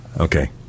Okay